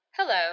Hello